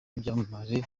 n’ibyamamare